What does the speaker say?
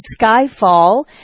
Skyfall